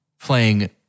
playing